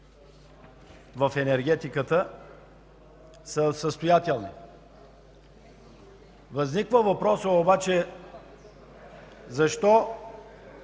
в енергетиката, са състоятелни. Възниква въпросът обаче: защо